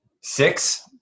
Six